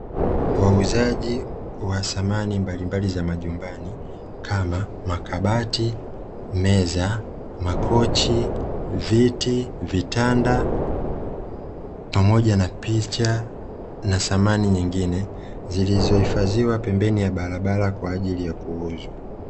Wauzaji wa samani mbalimbali za majumbani kama makabati, meza, makochi, viti, vitanda pamoja na picha na samani nyingine zilizohifadhiwa pembeni ya barabara kwa ajili ya kuuzwa.